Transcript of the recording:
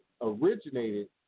originated